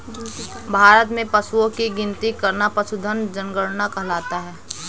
भारत में पशुओं की गिनती करना पशुधन जनगणना कहलाता है